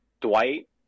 dwight